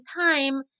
time